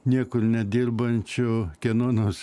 niekur nedirbančiu kieno nors